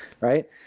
right